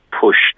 pushed